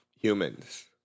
humans